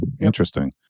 interesting